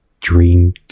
dream